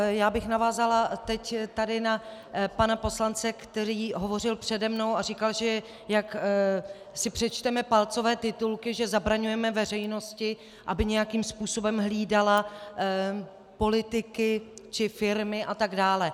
Já bych navázala teď tady na pana poslance, který hovořil přede mnou a říkal, jak si přečteme palcové titulky, že zabraňujeme veřejnosti, aby nějakým způsobem hlídala politiky či firmy atd.